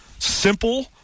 simple